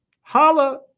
Holla